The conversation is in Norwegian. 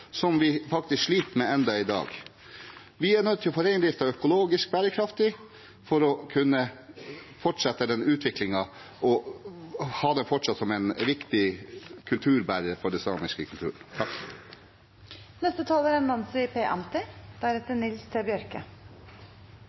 som vi faktisk sliter med ennå i dag. Vi er nødt til å få reindriften økologisk bærekraftig for å kunne fortsette den utviklingen og fortsatt ha den som en viktig kulturbærer for den samiske kulturen.